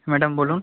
হ্যাঁ ম্যাডাম বলুন